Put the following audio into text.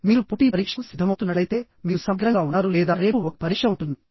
మీరు పోటీ పరీక్షకు సిద్ధమవుతున్నట్లయితే మీరు సమగ్రంగా ఉన్నారు లేదా రేపు ఒక పరీక్ష ఉంటుంది